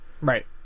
Right